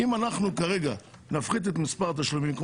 אם אנחנו כרגע נפחית את מספר התשלומים,